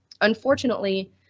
Unfortunately